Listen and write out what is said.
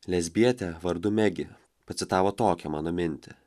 lesbietė vardu megė pacitavo tokią mano mintį